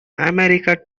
american